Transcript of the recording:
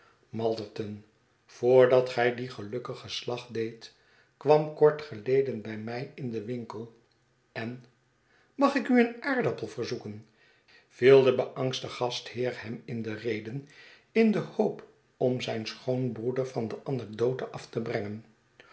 malderton voordat gij dien gelukkigen slag deedt kwam kort geleden bij mij in den winkel en mag ik u een aardappel verzoeken viel de beangste gastheer hem in de rede in de hoop om zijn schoonbroeder van de anekdote af te brengen